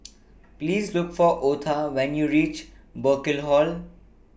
Please Look For Otha when YOU REACH Burkill Hall